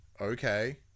Okay